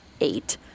eight